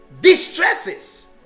distresses